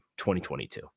2022